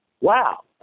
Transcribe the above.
Wow